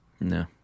no